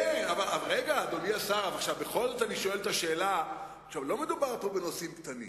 רגע, אדוני השר, לא מדובר פה בנושאים קטנים.